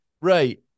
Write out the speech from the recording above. Right